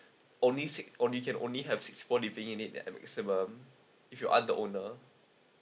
only six only can only have six for living in it that at maximum if you aren't the owner